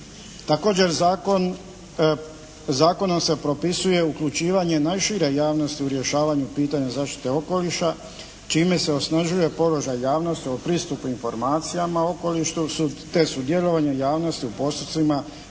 Također zakonom se propisuje uključivanje najšire javnosti u rješavanju pitanju zaštite okoliša čime se osnažuje položaj javnosti o pristupu informacijama okolišu, te sudjelovanja javnosti u postupcima